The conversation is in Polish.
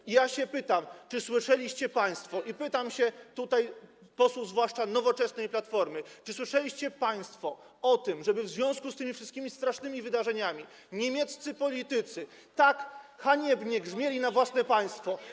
I ja pytam: Czy słyszeliście państwo, i pytam tutaj posłów zwłaszcza Nowoczesnej i Platformy, czy słyszeliście państwo o tym, żeby w związku z tymi wszystkimi strasznymi wydarzeniami niemieccy politycy tak haniebnie grzmieli na własne państwo?